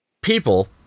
people